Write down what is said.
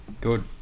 Good